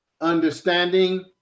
understanding